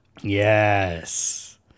Yes